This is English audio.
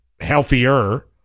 healthier